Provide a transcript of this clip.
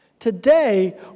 Today